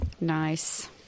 nice